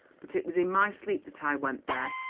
but it was in my sleep that i went there,